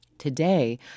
Today